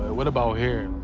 what about here?